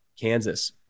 kansas